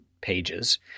pages